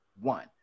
One